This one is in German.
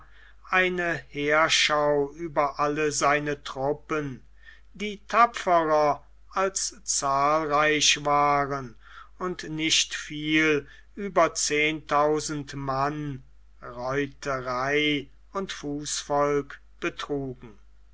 eine heerschau über alle seine truppen die tapferer als zahlreich waren und nicht viel über zehntausend mann reiterei und fußvolk betrugen